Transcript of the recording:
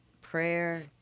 prayer